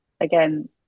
again